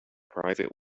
private